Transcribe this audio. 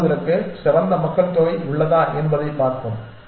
தொடங்குவதற்கு சிறந்த மக்கள்தொகை உள்ளதா என்பதைப் பார்ப்போம்